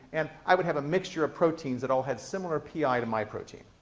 and i would have a mixture of proteins that all have similar pi to my protein,